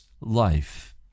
life